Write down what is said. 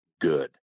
good